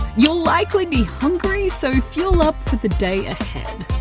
you'll likely be hungry, so fuel up for the day ahead.